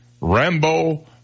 Rambo